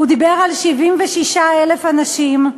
הוא דיבר על 67,000 אנשים,